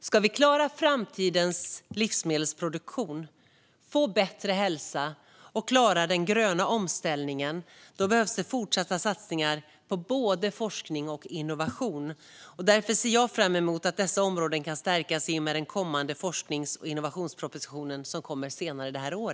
Ska vi klara framtidens livsmedelsproduktion, få bättre hälsa och klara den gröna omställningen behövs fortsatta satsningar på både forskning och innovation. Därför ser jag fram emot att dessa områden kan stärkas i och med den forsknings och innovationsproposition som kommer senare i år.